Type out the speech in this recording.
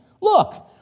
Look